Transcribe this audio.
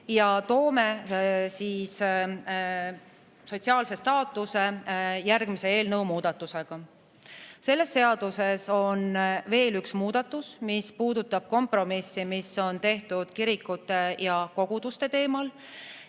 ja toome sotsiaalse staatuse sisse järgmise eelnõu muudatustega. Selles seaduses on veel üks muudatus, mis puudutab kompromissi, mis on tehtud kirikute ja koguduste teemal.